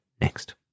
next